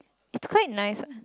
it's quite nice what